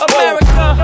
America